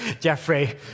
Jeffrey